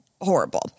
Horrible